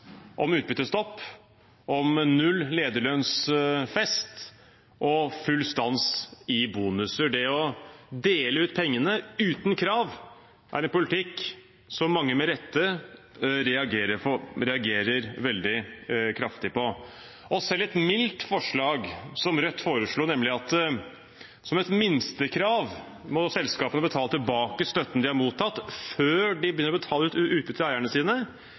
om utbyttestopp, null lederlønnsfest og full stans i bonuser. Det å dele ut pengene uten krav er en politikk som mange med rette reagerer veldig kraftig på. Selv et mildt forslag fra Rødt, nemlig at selskapene som et minstekrav må betale tilbake støtten de har mottatt, før de begynner å betale ut utbytte til eierne sine,